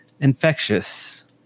infectious